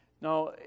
Now